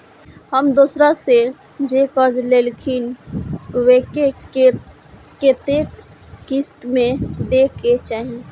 हम दोसरा से जे कर्जा लेलखिन वे के कतेक किस्त में दे के चाही?